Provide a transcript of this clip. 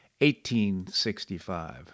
1865